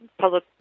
public